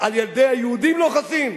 על ילדי היהודים לא חסים?